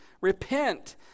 repent